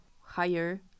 higher